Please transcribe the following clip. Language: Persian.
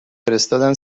فرستادن